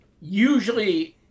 usually